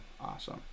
awesome